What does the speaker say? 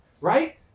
right